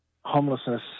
Homelessness